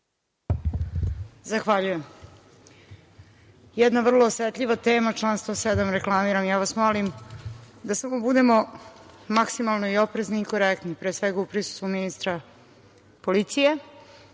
Zahvaljujem. Jedna vrlo osetljiva tema, član 107. reklamiram. Ja vas molim da samo budemo maksimalno oprezni i korektni, pre svega u prisustvu ministra policije,